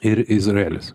ir izraelis